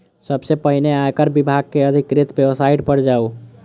सबसं पहिने आयकर विभाग के अधिकृत वेबसाइट पर जाउ